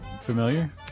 familiar